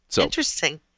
Interesting